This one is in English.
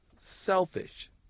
selfish